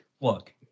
look